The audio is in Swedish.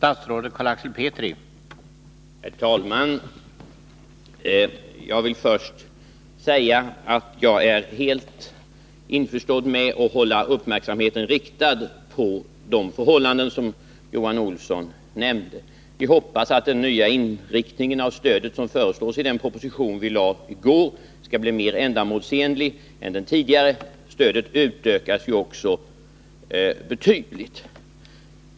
Herr talman! Jag vill först säga att jag är helt införstådd med att man skall hålla uppmärksamheten riktad på de förhållanden som Johan Olsson nämnde. Vi hoppas att den nya inriktningen av stödet som föreslås i den proposition vi lade fram i går skall bli mer ändamålsenlig än den tidigare. Stödet utökas ju också betydligt.